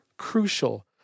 crucial